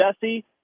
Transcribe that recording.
Jesse